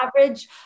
average